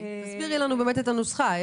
תסבירי לנו את הנוסחה.